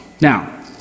Now